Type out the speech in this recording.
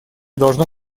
должно